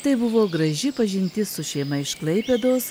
tai buvo graži pažintis su šeima iš klaipėdos